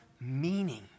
meaning